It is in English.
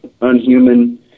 Unhuman